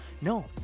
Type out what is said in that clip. No